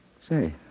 Say